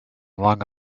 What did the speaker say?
long